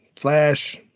flash